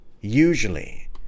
usually